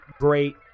great